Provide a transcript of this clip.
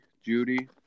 Judy